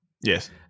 Yes